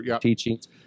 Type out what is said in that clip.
teachings